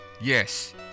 Yes